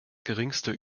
geringste